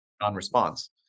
non-response